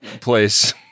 place